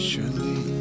Surely